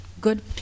good